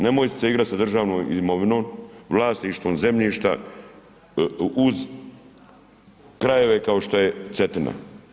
Nemojte se igrati sa državnom imovinom, vlasništvom zemljišta uz krajeve kao što je Cetina.